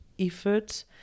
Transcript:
effort